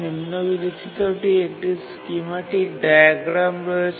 নিম্নলিখিতটি একটি schematic diagram রয়েছে